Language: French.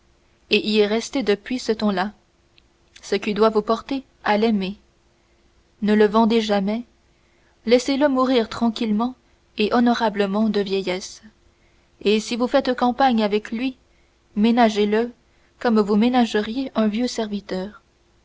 et y est resté depuis ce temps-là ce qui doit vous porter à l'aimer ne le vendez jamais laissez-le mourir tranquillement et honorablement de vieillesse et si vous faites campagne avec lui ménagez le comme vous ménageriez un vieux serviteur